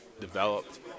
developed